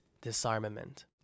disarmament